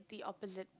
the opposite